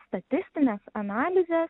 statistinę analizę